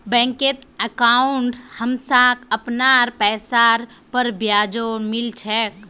बैंकत अंकाउट हमसाक अपनार पैसार पर ब्याजो मिल छेक